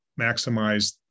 maximize